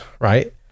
right